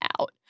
out